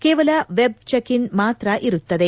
ಕೇವಲ web check in ಮಾತ್ರ ಇರುತ್ತದೆ